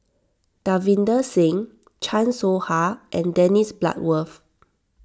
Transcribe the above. Davinder Singh Chan Soh Ha and Dennis Bloodworth